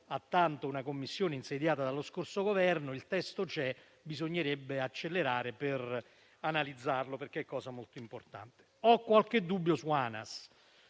tanto una commissione insediata dallo scorso Governo: il testo c'è e bisognerebbe accelerare per analizzarlo, perché si tratta di un tema molto importante. Ho qualche dubbio sull'Anas,